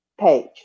page